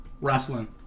Wrestling